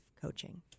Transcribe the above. coaching